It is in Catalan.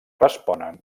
responen